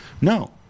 no